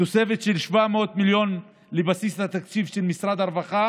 תוספת של 700 מיליון לבסיס התקציב של משרד הרווחה